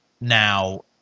now